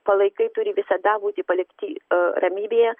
palaikai turi visada būti palikti ramybėje